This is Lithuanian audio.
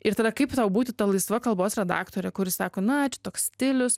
ir tada kaip tau būti ta laisva kalbos redaktore kuri sako na čia toks stilius